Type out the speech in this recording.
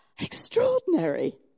extraordinary